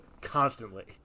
constantly